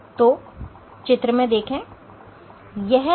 तो यह है युक्ति